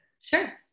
Sure